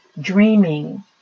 dreaming